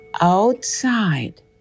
outside